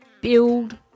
build